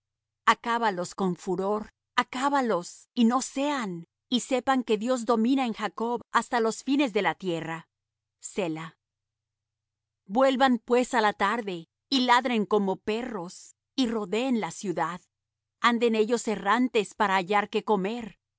acábalos con furor acábalos y no sean y sepan que dios domina en jacob hasta los fines de la tierra selah vuelvan pues á la tarde y ladren como perros y rodeen la ciudad anden ellos errantes para hallar qué comer